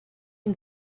den